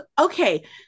okay